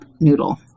noodle